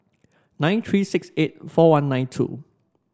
nine three six eight four one nine two